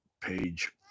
page